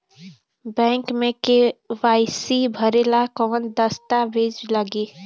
Bank मे KYC भरेला कवन दस्ता वेज लागी?